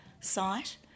site